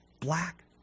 black